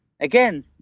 again